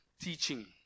teaching